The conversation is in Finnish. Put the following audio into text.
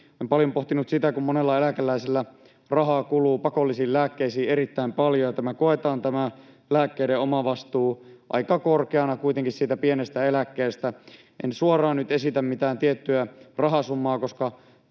Olen paljon pohtinut sitä, että monella eläkeläisellä rahaa kuluu pakollisiin lääkkeisiin erittäin paljon ja tämä lääkkeiden omavastuu koetaan kuitenkin aika korkeana siitä pienestä eläkkeestä. En suoraan nyt esitä mitään tiettyä rahasummaa,